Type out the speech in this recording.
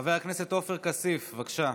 חבר הכנסת עופר כסיף, בבקשה.